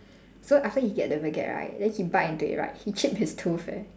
so after he get the baguette right then he bite into it right he chipped his tooth eh